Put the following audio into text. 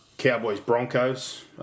Cowboys-Broncos